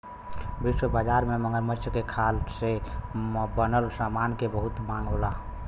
विश्व बाजार में मगरमच्छ के खाल से बनल समान के बहुत मांग होला